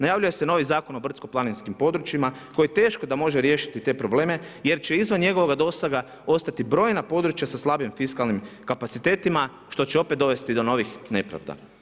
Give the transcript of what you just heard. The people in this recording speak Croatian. Najavljuju se novi Zakon o brdsko planinskim područjima, koji teško da može riješiti te probleme, jer će izvan njegova dosega ostati brojna područja sa slabijem fiskalnim kapacitetima, što će opet dovesti do novih nepravda.